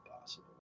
possible